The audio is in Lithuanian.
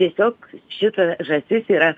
tiesiog šita žąsis yra